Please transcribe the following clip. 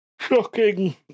Shocking